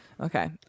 Okay